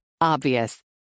Obvious